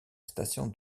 station